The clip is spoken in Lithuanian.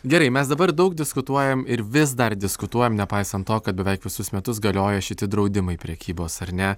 gerai mes dabar daug diskutuojam ir vis dar diskutuojam nepaisant to kad beveik visus metus galioja šiti draudimai prekybos ar ne